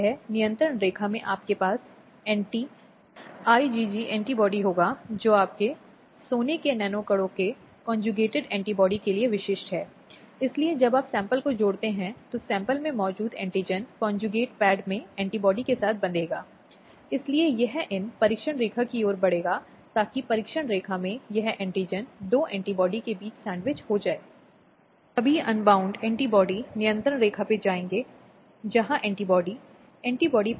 महिला सुरक्षा अधिकारी से संपर्क कर सकती है महिला पुलिस से संपर्क कर सकती है और पुलिस को यह देखने के लिए महिला का आकलन करना आवश्यक है कि उसे उपयुक्त स्थान या सुरक्षा अधिकारी के पास भेजा गया है जो इस संबंध में मदद करेगा या वह सीधे मजिस्ट्रेटों के पास जा सकती है जो घरेलू हिंसा के इन मुद्दों पर गौर करने के हकदार हैं या आश्रय घरों के रूप में सेवा प्रदाता भी हैं जिन्हें इस उद्देश्य के लिए अधिसूचित किया जाना है